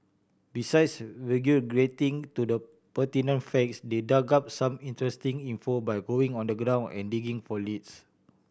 besides regurgitating to the pertinent facts they dug up some interesting info by going on the ground and digging for leads